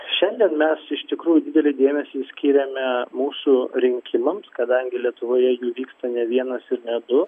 šiandien mes iš tikrųjų didelį dėmesį skiriame mūsų rinkimams kadangi lietuvoje jų vyksta ne vienas ir ne du